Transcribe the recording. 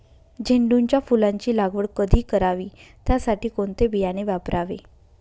झेंडूच्या फुलांची लागवड कधी करावी? त्यासाठी कोणते बियाणे वापरावे?